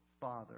Father